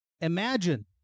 imagine